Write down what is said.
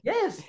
Yes